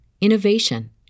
innovation